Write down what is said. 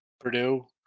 Purdue